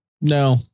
No